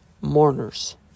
mourners